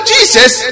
Jesus